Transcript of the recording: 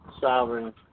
sovereign